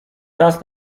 czas